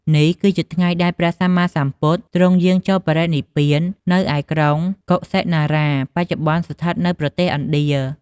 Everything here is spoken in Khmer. នេះគឺជាថ្ងៃដែល ព្រះសម្មាសម្ពុទ្ធទ្រង់យាងចូលបរិនិព្វាន នៅឯ ក្រុងកុសិនារា បច្ចុប្បន្នស្ថិតនៅប្រទេសឥណ្ឌា។